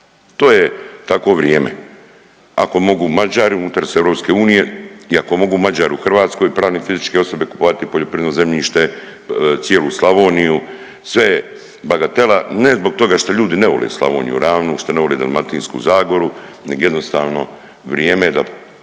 To je takvo vrijeme, ako mogu Mađari unutar EU i ako mogu Mađari u Hrvatskoj pravne i fizičke osobe kupovati poljoprivredno zemljište i cijelu Slavoniju, sve je bagatela, ne zbog toga što ljudi ne vole Slavoniju ravnu, što ne vole Dalmatinsku zagoru, neg jednostavno vrijeme je